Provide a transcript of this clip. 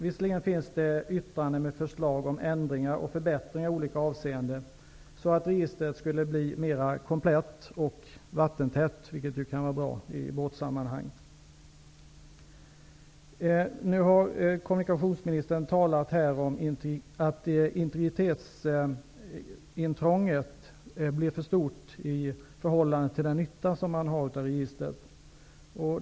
Visserligen finns det yttranden med förslag om ändringar och förbättringar i olika avseenden, så att registret skulle bli mer komplett och vattentätt, vilket ju kan vara bra i båtsammanhang. Kommunikationsministern har här talat om att integritetsintrånget blir för stort i förhållande till den nytta man har av båtregistret.